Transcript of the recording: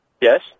yes